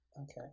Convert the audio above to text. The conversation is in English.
Okay